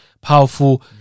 powerful